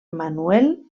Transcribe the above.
manuel